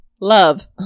love